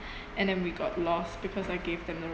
and then we got lost because I gave them the wrong